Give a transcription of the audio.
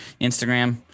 Instagram